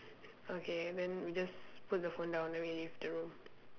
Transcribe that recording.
okay then we just put the phone down then we leave the room